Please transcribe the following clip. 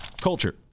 Culture